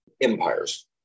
empires